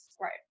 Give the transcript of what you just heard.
Right